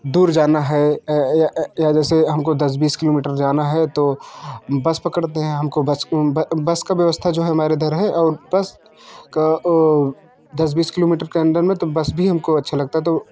दूर जाना है या जैसे हम को दस बीस किलोमीटर जाना है तो बस पकड़ते हैं हम को बस बस की व्यवस्था जो है हमारे इधर है और बस का दस बीस किलोमीटर के अंदर में तो बस भी हम को अच्छा लगता है तो